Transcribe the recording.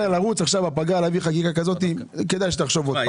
בפגרה להביא חקיקה כזאת, כדאי שתחשוב שוב.